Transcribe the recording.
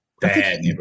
Bad